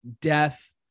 death